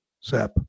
Sap